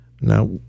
Now